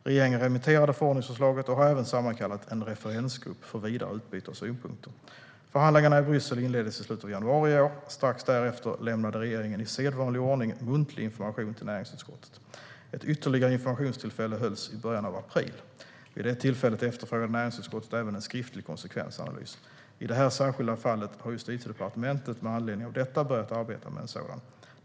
Regeringen remitterade förordningsförslaget och har även sammankallat en referensgrupp för vidare utbyte av synpunkter. Förhandlingarna i Bryssel inleddes i slutet av januari i år. Strax därefter lämnade regeringen i sedvanlig ordning muntlig information till näringsutskottet. Ett ytterligare informationstillfälle hölls i början av april. Vid det tillfället efterfrågade näringsutskottet även en skriftlig konsekvensanalys. I det här särskilda fallet har Justitiedepartementet med anledning av detta börjat arbeta med en sådan.